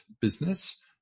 business